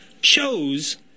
chose